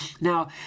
Now